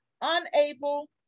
unable